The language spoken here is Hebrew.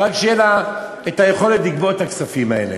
רק שתהיה לה היכולת לגבות את הכספים האלה.